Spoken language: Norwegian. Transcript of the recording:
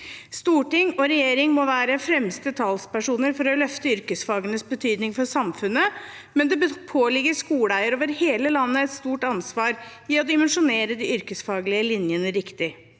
Storting og regjering må være fremste talspersoner for å løfte yrkesfagenes betydning for samfunnet, men det påligger skoleeiere over hele landet et stort ansvar i å dimensjonere de yrkesfaglige linjene riktig.